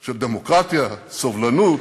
של דמוקרטיה, סובלנות,